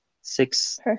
six